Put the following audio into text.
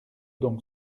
donc